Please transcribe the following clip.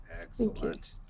Excellent